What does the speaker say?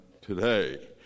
today